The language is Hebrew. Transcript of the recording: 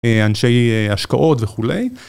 אנשי השקעות וכולי.